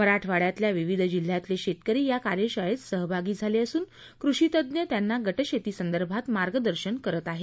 मराठवाङ्यातल्या विविध जिल्ह्यातले शेतकरी या कार्यशाळेत सहभागी झाले असून कृषीतज्ज्ञ त्यांना गटशेतीसंदर्भात मार्गदर्शन करणार आहेत